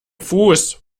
fuß